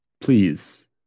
Please